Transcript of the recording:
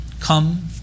come